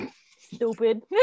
Stupid